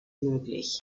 möglich